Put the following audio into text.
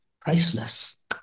priceless